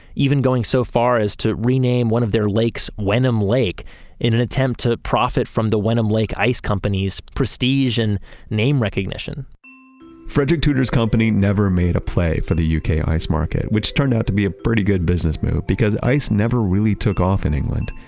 even going so far as to rename one of their lakes wenham lake in an attempt to profit from the wenham lake ice company's prestige and name recognition frederick tudor's company never made a play for the yeah uk ice market, which turned out to be a pretty good business move because ice never really took off in england.